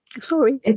sorry